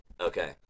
Okay